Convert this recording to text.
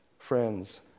Friends